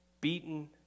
beaten